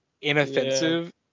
inoffensive